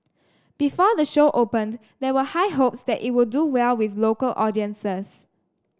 before the show opened there were high hopes that it would do well with local audiences